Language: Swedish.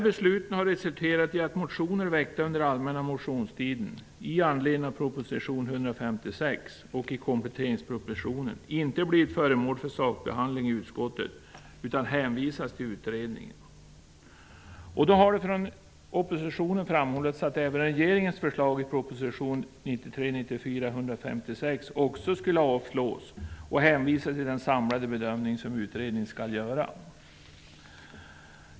Besluten har resultatet i att motioner, som väckts under allmänna motionstiden i anledning av proposition 1993/94:156 och kompletteringspropositionen, inte har blivit föremål för sakbehandling i utskottet utan hänvisats till utredningen. Oppositionen har framhållit att även regeringens förslag i propositionen skall avslås med hänvisning till den samlade bedömning som utredningen skall göra.